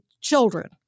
children